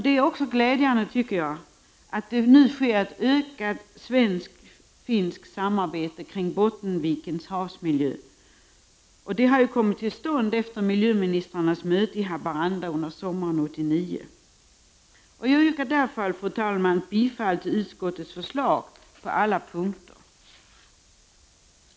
Det är också glädjande att det nu sker ett ökat finsk-svenskt samarbete kring Bottenvikens havsmiljö, som har kommit till stånd efter miljöministrarnas möte i Haparanda sommaren 1989. Jag yrkar därför, fru talman, bifall till utskottets förslag på alla punkter.